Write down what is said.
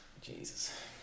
Jesus